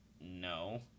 No